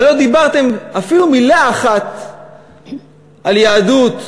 אבל לא דיברתם אפילו מילה אחת על יהדות,